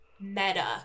meta